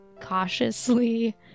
cautiously